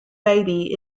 baby